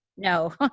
No